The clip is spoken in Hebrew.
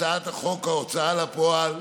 הצעת חוק ההוצאה לפועל